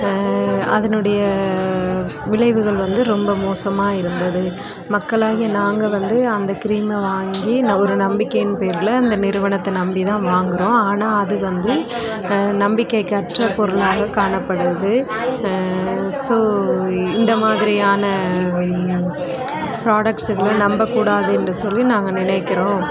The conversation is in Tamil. அதனுடைய விளைவுகள் வந்து ரொம்ப மோசமாக இருந்தது மக்களாகிய நாங்கள் வந்து அந்த கிரீமை வாங்கி ஒரு நம்பிக்கையின் பேரில் அந்த நிறுவனத்தை நம்பி தான் வாங்குகிறோம் ஆனால் அது வந்து நம்பிக்கைக்கு அற்ற பொருளாகக் காணப்படுது ஸோ இந்த மாதிரியான ப்ராடக்ட்ஸ் எல்லாம் நம்பக்கூடாது என்று சொல்லி நாங்கள் நினைக்கிறோம்